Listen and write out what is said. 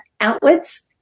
outwards